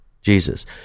Jesus